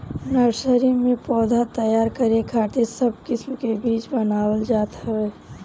nursery में पौधा तैयार करे खातिर सब किस्म के बीज बनावल जात हवे